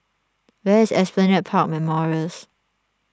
where is Esplanade Park Memorials